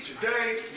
Today